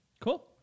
Cool